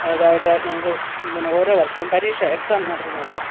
ഇതായിട്ട് ഞങ്ങൾക്ക് പിന്നെ ഓരോ വർഷവും പരീക്ഷ എക്സാം നടത്തുന്നുണ്ട്